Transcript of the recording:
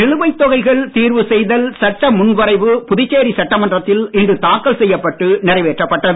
நிலுவை தொகைகள் தீர்வு செய்தல் சட்ட முன்வரைவு புதுச்சேரி சட்டமன்றத்தில் இன்று தாக்கல் செய்யப்பட்டு நிறைவேற்றப்பட்டது